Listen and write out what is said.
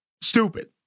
Stupid